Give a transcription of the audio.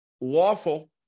lawful